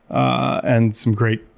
and some great